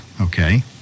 okay